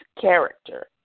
character